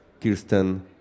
Kirsten